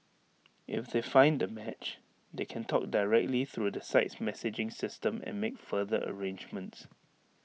if they find A match they can talk directly through the site's messaging system and make further arrangements